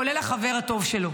כולל החבר הטוב שלו.